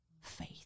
faith